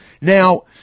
Now